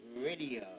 Radio